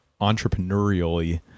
entrepreneurially